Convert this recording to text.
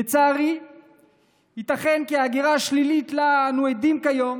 לצערי ייתכן כי ההגירה השלילית שאנו עדים לה כיום